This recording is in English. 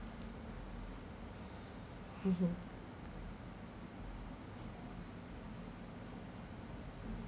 mmhmm